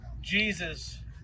Jesus